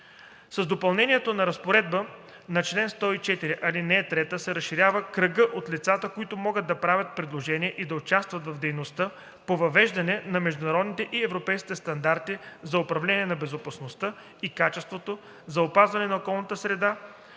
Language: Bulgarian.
С допълнението на Разпоредбата на чл. 104, ал. 3 се разширява кръгът от лицата, които могат да правят предложения и да участват в дейността по въвеждане на международните и европейските стандарти за управление на безопасността и качеството, за опазване на околната среда